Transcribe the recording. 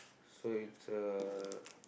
so it's uh